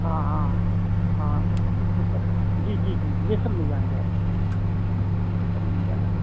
हाँ हाँ हाँ हाँ यह सब जी जी जी यह सब मिल जाएँगे आपको हाँ यह सब मिल जाएँगे